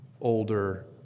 older